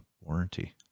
warranty